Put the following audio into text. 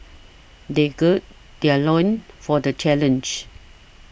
they gird their loins for the challenge